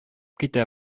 китә